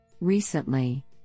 Recently